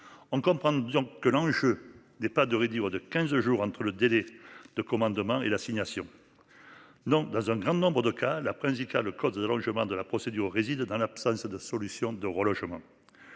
en comprendre. Disons que l'enjeu n'est pas de réduire de 15 jours entre le délai de commandement demain et l'assignation. Non, dans un grand nombre de cas, la presse IKEA le code de l'allongement de la procédure réside dans l'absence de solution de relogement.